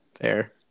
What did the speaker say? Fair